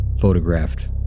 photographed